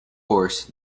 course